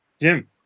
Jim